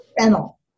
Fennel